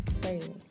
crazy